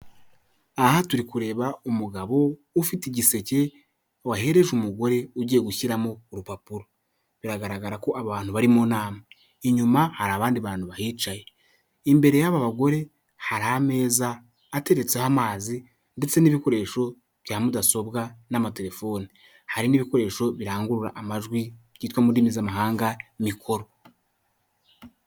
Aha turi kureba umugabo ufite igiseke wahereje umugore ugiye gushyiramo urupapuro. Biragaragara ko abantu bari mu nama. Hari abandi bantu bahicaye imbere y'aba bagore hari ameza ateretseho amazi ndetse n'ibikoresho bya mudasobwa n'amatelefoni. Hari n'ibikoresho birangurura amajwi byitwa mu ndimi z'amahanga mikoro.